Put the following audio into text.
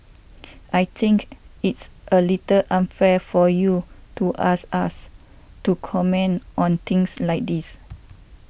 I think it's a little unfair for you to ask us to comment on things like this